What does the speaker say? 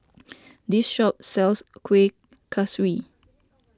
this shop sells Kuih Kaswi